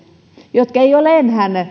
jotka eivät ole